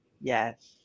yes